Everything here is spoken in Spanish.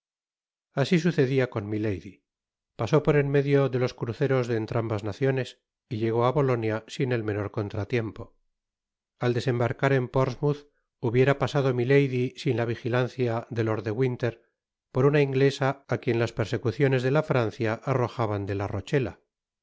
asi sucedia con milady pasó por en medio de los cruceros de entrambas naciones y llegó á bolonia sin el menor contratiempo al desembarcar en portsmouth hubiera pasado milady sin la vigilancia de lord de winter por una inglesa á quien las persecuciones de la francia arrojaban de la rochela